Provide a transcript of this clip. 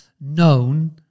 known